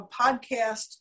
podcast